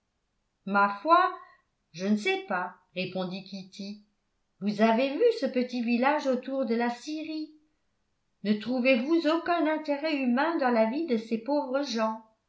ma foi je ne sais pas répondit kitty vous avez vu ce petit village autour de la scierie ne trouvez-vous aucun intérêt humain dans la vie de ces pauvres gens